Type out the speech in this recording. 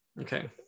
Okay